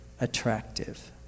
attractive